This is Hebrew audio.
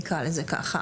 נקרא לזה ככה,